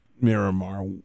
Miramar